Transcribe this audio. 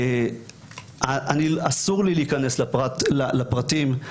אסור לי להיכנס לפרטים,